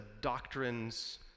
doctrines